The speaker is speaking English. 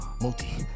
Multi